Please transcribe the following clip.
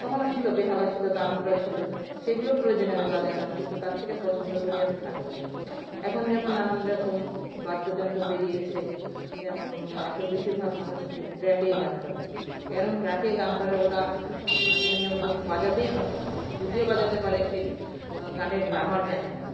তখনও ছিল বেহালা ছিল তানপুরা ছিল সেগুলোও প্রয়োজনে আমি বাজাতাম কিন্তু তার থেকে পছন্দ করি আমি হারমোনিয়াম এখন যেমন নানান রকম বাদ্যযন্ত্র বেরিয়েছে যেমন এখন বেশিরভাগ মানুষ ট্র ট্র্যাকেই গান করে কেন ট্র্যাকে গান করে ওরা হারমোনিয়াম তো বাজাতেই পারে যদিও বাজাতে পারে সে গানের গ্রামার জানে না